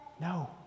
No